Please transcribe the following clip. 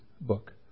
book